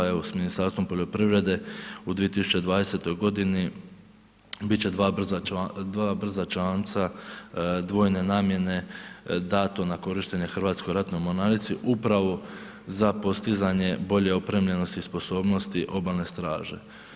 Evo s Ministarstvom poljoprivrede u 2020. godini bit će dva brza čamca dvojne namjene dato na korištenje Hrvatskoj ratnoj mornarici upravo za postizanje bolje opremljenosti i sposobnosti obalne straže.